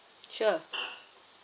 sure